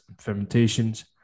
fermentations